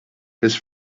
his